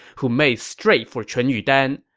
who made straight for chun yudan.